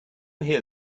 hear